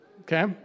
Okay